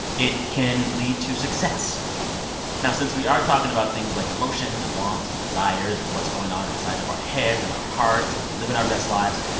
it can lead to success now, since we are talking about things like emotions and wants and desires and what's going on inside of our heads and our hearts and living our best lives,